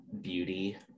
beauty